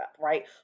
right